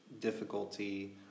difficulty